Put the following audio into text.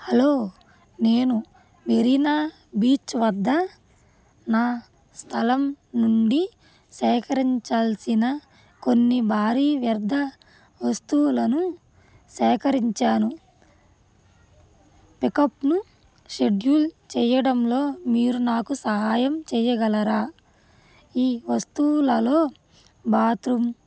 hello నేను Marina beach వద్ద నా స్థలం నుండి సేకరించాల్సిన కొన్ని భారీ వ్యర్థ వస్తువులను సేకరించాను పిక్అప్ను షెడ్యూల్ చేయడంలో మీరు నాకు సహాయం చేయగలరా ఈ వస్తువులలో బాత్రూమ్